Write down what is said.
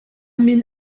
min